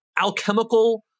alchemical